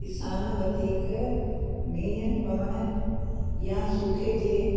किसान वधीक मीहुं पवण या सूखे जे